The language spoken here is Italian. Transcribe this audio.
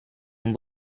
non